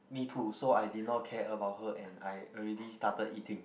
me too so I did not care about her and I already started eating